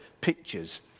pictures